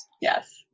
Yes